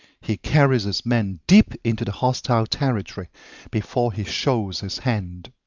he carries his men deep into hostile territory before he shows his hand.